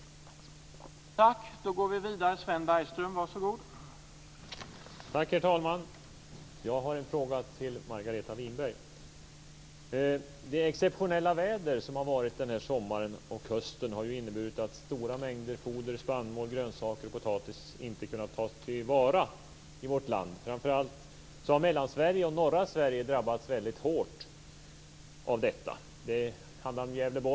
Tack!